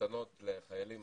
שניתנות לחיילים